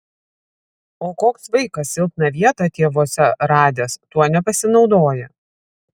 o koks vaikas silpną vietą tėvuose radęs tuo nepasinaudoja